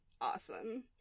awesome